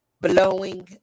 blowing